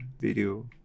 video